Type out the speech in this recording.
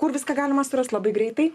kur viską galima surast labai greitai